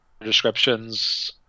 descriptions